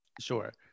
Sure